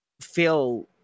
feel